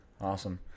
Awesome